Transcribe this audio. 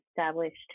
established